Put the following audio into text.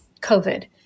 COVID